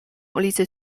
ulicy